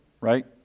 right